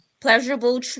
Pleasurable